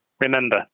Remember